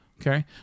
Okay